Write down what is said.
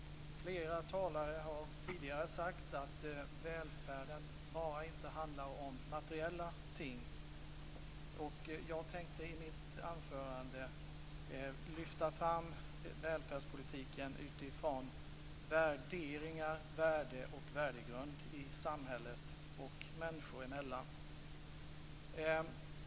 Herr talman! Flera talare har tidigare sagt att välfärden inte bara handlar om materiella ting. Jag tänkte i mitt anförande lyfta fram välfärdspolitiken utifrån värderingar, värden och värdegrund i samhället och människor emellan.